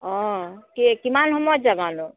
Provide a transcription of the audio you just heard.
অঁ কেই কিমান সময়ত যাবানো